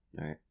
Right